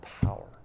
power